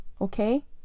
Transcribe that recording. Okay